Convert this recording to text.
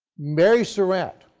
mary surratt,